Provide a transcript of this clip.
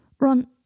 Ron